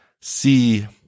see